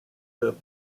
the